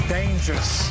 dangerous